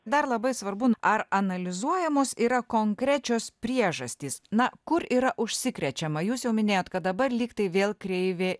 dar labai svarbu ar analizuojamos yra konkrečios priežastys na kur yra užsikrečiama jūs jau minėjot kad dabar lyg tai vėl kreivė